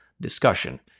discussion